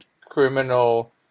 criminal